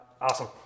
Awesome